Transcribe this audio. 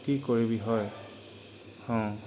কি কৰিবি হয় অঁ